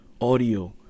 audio